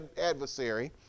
adversary